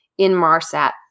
Inmarsat